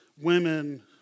women